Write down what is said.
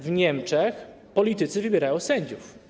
W Niemczech politycy wybierają sędziów.